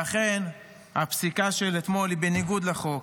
לכן, הפסיקה של אתמול היא בניגוד לחוק.